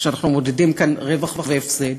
שאנחנו מודדים כאן רווח והפסד,